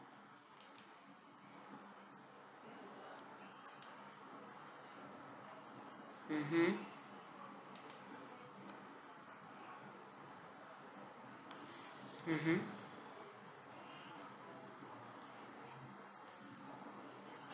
mmhmm mmhmm